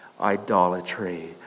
idolatry